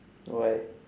why